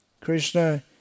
Krishna